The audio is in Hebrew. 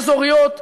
אזוריות.